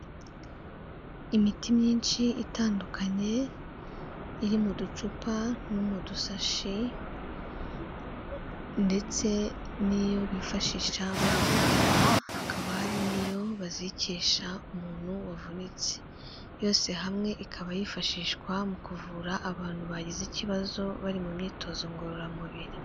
Imiti myinshi itandukanye, iri mu ducupa no mudusashe ndetse n'iyo bifashisha bari gupima, hakaba hari n'iyo bazirikisha umuntu wavunitse, yose hamwe ikaba yifashishwa mu kuvura abantu bagize ikibazo bari mu myitozo ngororamubiri.